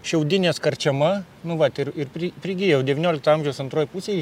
šiaudinės karčema nu vat ir ir pri prigijo jau devyniolikto amžiaus antroj pusėj